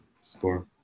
score